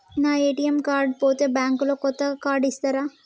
నా ATM card పోతే bank లో కొత్త కార్డు ఇస్తరా?